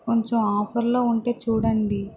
కొంచెం ఆఫర్లో ఉంటే చూడండి